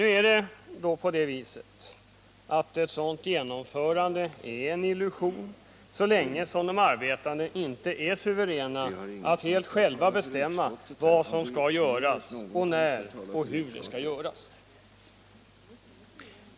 Nu är det dock på det viset att ett sådant genomförande av lagen är en illusion så länge som de arbetande inte är suveräna att helt själva bestämma vad som skall göras och när och hur det skall göras.